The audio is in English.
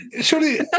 surely